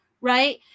right